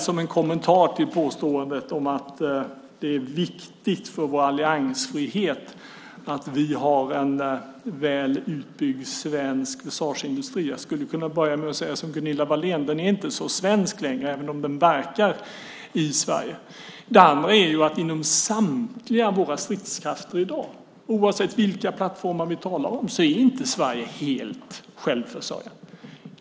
Som en kommentar till påståendet om att det är viktigt för vår alliansfrihet att vi har en väl utbyggd svensk försvarsindustri skulle jag kunna börja med att säga som Gunilla Wahlén: Den är inte svensk längre, även om den verkar i Sverige. Det andra är att Sverige inom samtliga våra stridskrafter i dag, oavsett vilka plattformar vi talar om, inte är helt självförsörjande.